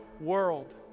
world